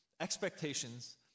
expectations